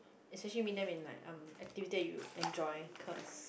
especially in meet them in like activity you enjoy cause